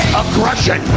aggression